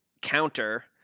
counter